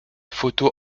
photo